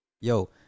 Yo